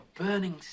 burning